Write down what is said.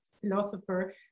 philosopher